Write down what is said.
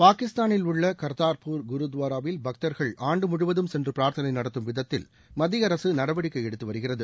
பாகிஸ்தானில் உள்ள கா்தா்பூர் குருத்துவாராவில் பக்தர்கள் ஆண்டு முழுவதும் சென்று பிரார்தனை நடத்தும் விதத்தில் மத்திய அரசு நடவடிக்கை எடுத்து வருகிறது